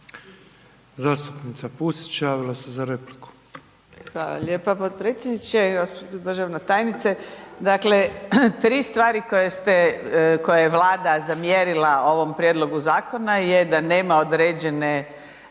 Zastupnica Pusić javila se za repliku. **Pusić, Vesna (GLAS)** Hvala lijepa potpredsjedniče. Državna tajnice, dakle tri stvari koje je Vlada zamjerila ovom prijedlogu zakona je da nema određenih